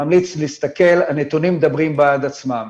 אני ממליץ להסתכל, הנתונים מדברים בעד עצמם.